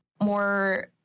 more